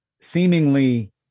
seemingly